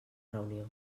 reunió